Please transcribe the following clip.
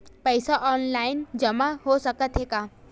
पईसा ऑनलाइन जमा हो साकत हे का?